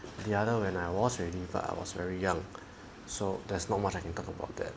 the other when I was already but I was very young so there's not much I can talk about that